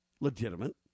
legitimate